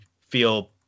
feel